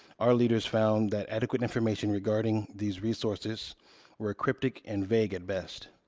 our leaders found that adequate information regarding these resources were cryptic and vague, at best.